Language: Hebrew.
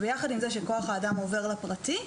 ויחד עם זה שכוח האדם עובר לפרטי,